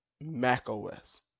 macOS